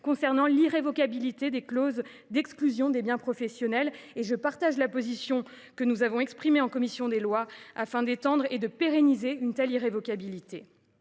concernant l’irrévocabilité des clauses d’exclusion des biens professionnels. Je partage la position que nous avons exprimée en commission des lois, afin d’étendre et de pérenniser une telle irrévocabilité.